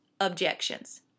objections